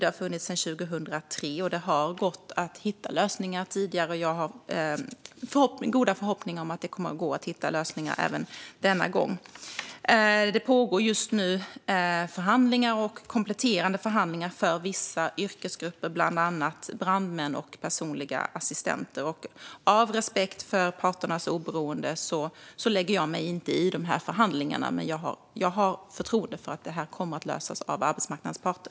Det har funnits sedan 2003, och det har gått att hitta lösningar tidigare. Jag har goda förhoppningar om att det kommer att gå att hitta lösningar även denna gång. Just nu pågår förhandlingar och kompletterande förhandlingar för vissa yrkesgrupper, bland annat brandmän och personliga assistenter. Av respekt för parternas oberoende lägger jag mig inte i de förhandlingarna. Jag har förtroende för att detta kommer att lösas av arbetsmarknadens parter.